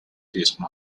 riescono